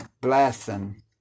blessing